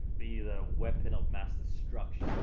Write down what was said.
be the weapon of mass destruction.